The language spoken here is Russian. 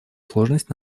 сложность